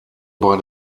bei